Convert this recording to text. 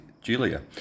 julia